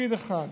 תפקיד אחד,